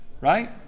right